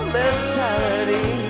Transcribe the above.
mentality